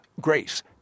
Grace